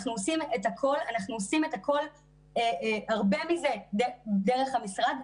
אנחנו עושים את הכל הרבה מזה דרך המשרד,